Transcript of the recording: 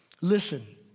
Listen